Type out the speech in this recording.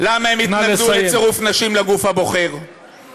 למה הם התנגדו לצירוף נשים לגוף הבוחר, נא לסיים.